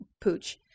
pooch